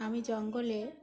আমি জঙ্গলে